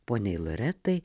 poniai loretai